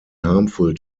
harmful